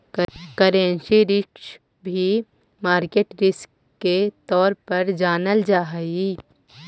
currency risk भी market risk के तौर पर जानल जा हई